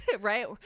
Right